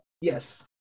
Yes